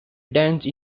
dense